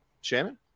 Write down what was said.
Shannon